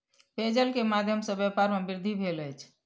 पेयजल के माध्यम सॅ व्यापार में वृद्धि भेल अछि